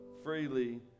freely